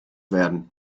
werden